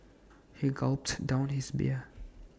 he gulped down his beer